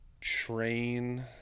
train